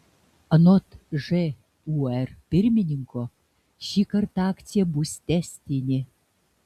anot žūr pirmininko šįkart akcija bus tęstinė